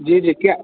जी जी क्या